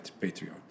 patriot